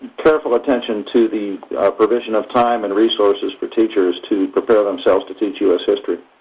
careful attention to the provision of time and resources for teachers to prepare themselves to teach u s. history.